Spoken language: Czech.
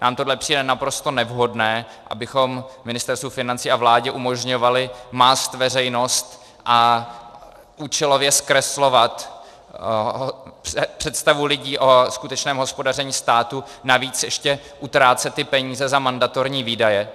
Nám tohle přijde naprosto nevhodné, abychom Ministerstvu financí a vládě umožňovali mást veřejnost a účelově zkreslovat představu lidí o skutečném hospodaření státu, navíc ještě utrácet ty peníze za mandatorní výdaje.